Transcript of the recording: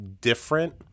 different